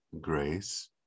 grace